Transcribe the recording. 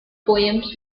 poems